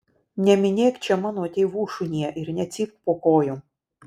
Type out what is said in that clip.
neminėk čia mano tėvų šunie ir necypk po kojom